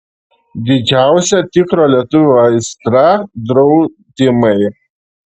didžiausia tikro lietuvio aistra draudimai